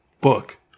book